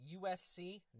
USC